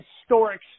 historic